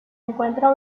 encuentra